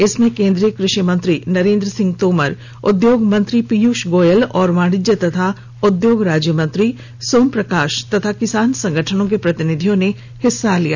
इसमें केन्द्रीय कृषि मंत्री नरेन्द्र सिंह तोमर उद्योग मंत्री पीयूष गोयल और वाणिज्य तथा उद्योग राज्य मंत्री सोम प्रकाश और किसान संगठनों के प्रतिनिधियों ने हिस्सा लिया